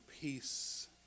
peace